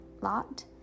lot